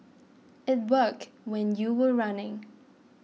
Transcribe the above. it worked when you were running